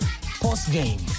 post-game